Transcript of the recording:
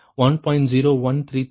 01332 1